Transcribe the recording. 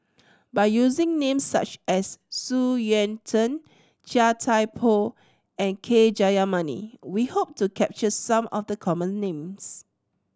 by using names such as Xu Yuan Zhen Chia Thye Poh and K Jayamani we hope to capture some of the common names